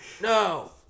No